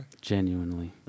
Genuinely